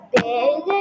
big